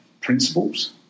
principles